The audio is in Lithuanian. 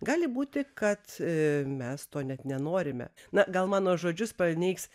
gali būti kad mes to net nenorime na gal mano žodžius paneigs